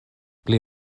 pli